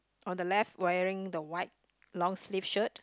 on the left wearing the white long sleeve shirt